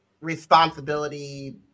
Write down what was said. responsibility